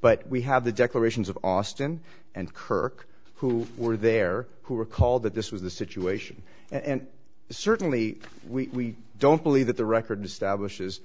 but we have the declarations of austin and kirk who were there who recalled that this was the situation and certainly we don't believe that the record stablish